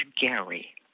Gary